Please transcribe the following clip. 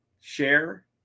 share